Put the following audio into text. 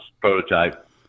prototype